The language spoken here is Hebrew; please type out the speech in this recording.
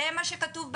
זה מה שכתוב באמנה.